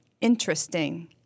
Interesting